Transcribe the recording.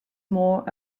more